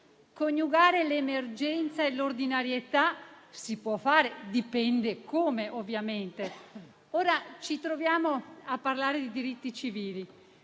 Coniugare l'emergenza e l'ordinarietà si può fare, dipende come, ovviamente. Ora ci troviamo a parlare di diritti civili.